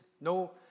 no